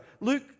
Luke